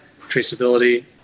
traceability